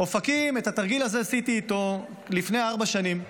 באופקים עשיתי את התרגיל הזה איתו לפני ארבע שנים,